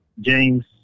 James